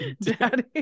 Daddy